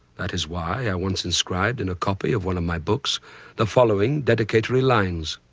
that is why i once inscribed in a copy of one of my books the following dedicatory lines,